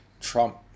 trump